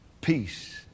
Peace